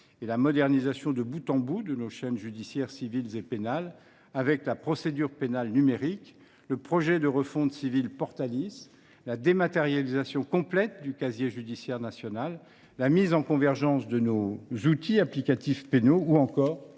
et la modernisation de bout en bout de nos chaînes judiciaires civiles et pénales, avec la procédure pénale numérique, le projet de refonte civile Portalis, la dématérialisation complète du casier judiciaire national, la mise en convergence de nos outils applicatifs pénaux, ou encore